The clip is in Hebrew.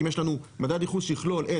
כי אם יש לנו מדד ייחוס שיכלול את